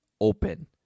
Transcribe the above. open